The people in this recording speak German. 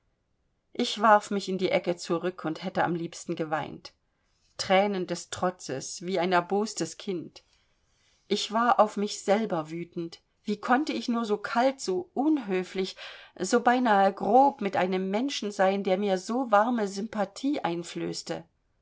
ich warf mich in die ecke zurück und hätte am liebsten geweint thränen des trotzes wie ein erbostes kind ich war auf mich selber wütend wie konnte ich nur so kalt so unhöflich so beinahe grob mit einem menschen sein der mir so warme sympathie einflößte